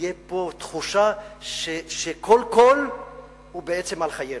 תהיה פה תחושה שכל קול הוא בעצם על חיינו.